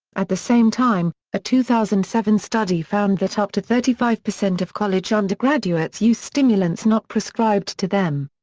at the same time, a two thousand and seven study found that up to thirty five percent of college undergraduates used stimulants not prescribed to them.